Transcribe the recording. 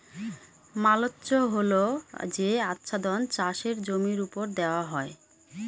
mulch হল যে আচ্ছাদন চাষের জমির ওপর দেওয়া হয়